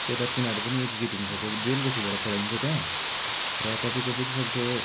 so that तिनीहरू पनि educate हुनु सकोस् ब्रेनको थ्रुबाट पढाइन्छ त्यहाँ र तपाईँको जति सक्दो